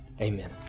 Amen